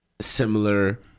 similar